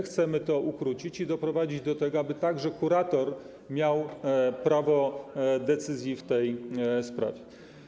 Chcemy to ukrócić i doprowadzić do tego, aby także kurator miał prawo decyzji w tej sprawie.